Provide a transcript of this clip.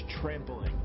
trampling